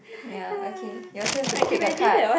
ya okay your turn to flip the card